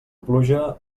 pluja